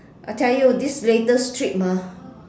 I tell you this latest trip ah